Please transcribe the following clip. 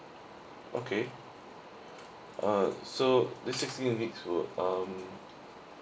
okay uh so these sixteen weeks will uh um